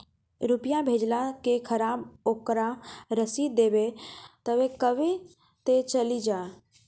रुपिया भेजाला के खराब ओकरा रसीद देबे तबे कब ते चली जा?